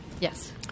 Yes